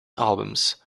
albums